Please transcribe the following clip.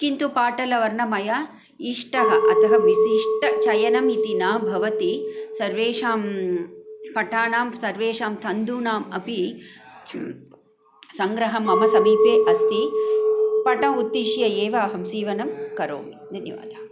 किन्तु पाटलवर्णः मया इष्टः अतः विशिष्टचयनम् इति न भवति सर्वेषां पटानां सर्वेषां तन्तूनामपि सङ्ग्रहः मम समीपे अस्ति पटम् उद्दिश्य एव अहं सीवनं करोमि धन्यवादः